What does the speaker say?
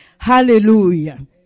Hallelujah